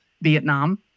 Vietnam